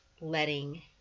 letting